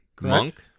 Monk